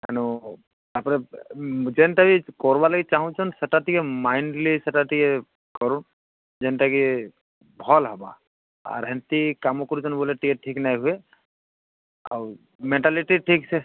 ତେଣୁ ତାପରେ ଯେମିତିକି କରିବା ଲାଗି ଚାହୁଁଛନ୍ତି ସେଇଟା ଟିକେ ମାଇଣ୍ଡଲି ସେଟା ଟିକେ କରୁନ୍ତୁ ଯେମିତିକି ଭଲ ହେବ ଆଉ ଏମିତି କାମ କରୁଛନ୍ତି ବୋଲେ ଟିକେ ଠିକ ନାଇଁ ହୁଏ ଆଉ ମେଣ୍ଟାଲିଟି ଠିକ ସେ